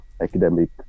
academic